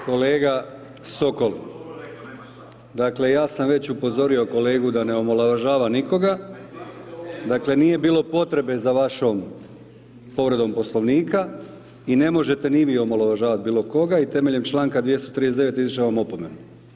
Kolega Sokol, dakle, ja sam već upozorio kolegu da ne omalovažava nikoga, dakle, nije bilo potrebe za vašom povredom Poslovnika i ne možete ni vi omalovažavati bilo koga i temeljem čl. 239. izričem vam opomenu.